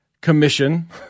Commission